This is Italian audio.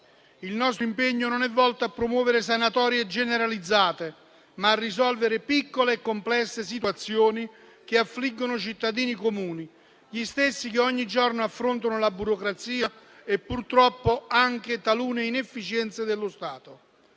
Il nostro impegno non è volto a promuovere sanatorie generalizzate, ma a risolvere piccole e complesse situazioni che affliggono i cittadini comuni, gli stessi che ogni giorno affrontano la burocrazia e purtroppo anche talune inefficienze dello Stato.